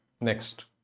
Next